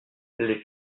les